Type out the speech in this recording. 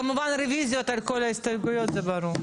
כמובן רביזיות על כל ההסתייגויות, זה ברור.